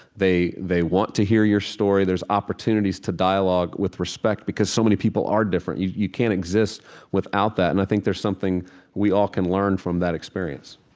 they they want to hear your story. there's opportunities to dialogue with respect because so many people are different. you you can't exist without that, and i think there's something we all can learn from that experience